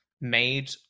made